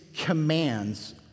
commands